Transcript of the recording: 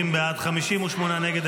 50 בעד, 58 נגד.